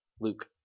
Luke